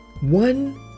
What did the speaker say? one